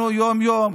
אנחנו יום-יום,